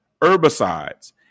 herbicides